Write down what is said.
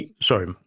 Sorry